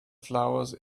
flowers